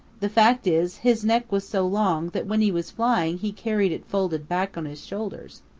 the fact is, his neck was so long that when he was flying he carried it folded back on his shoulders.